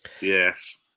yes